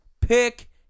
pick